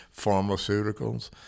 pharmaceuticals